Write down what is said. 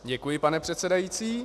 Děkuji, pane předsedající.